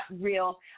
real